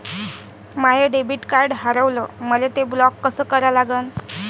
माय debit card हारवलं, मले ते ब्लॉक कस करा लागन?